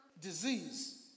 disease